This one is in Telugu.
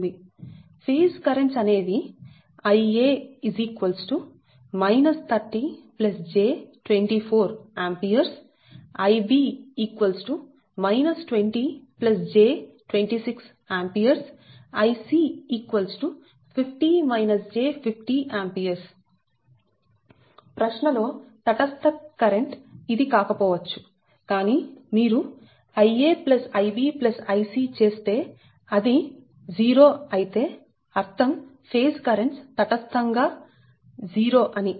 ఫేజ్ కరెంట్స్ అనే వి Ia 30 j24 A Ib 20 j26 A Ic A ప్రశ్నలో తటస్థ కరెంట్ ఇది కాకపో వచ్చు కానీ మీరు Ia Ib Ic చేస్తే అది 0 అయితే అర్థం ఫేజ్ కరెంట్స్ తటస్థం గా 0 అని